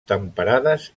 temperades